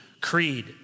Creed